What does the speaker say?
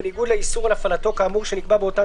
בניגוד לאיסור על הפעלתו כאמור שנקבע באותן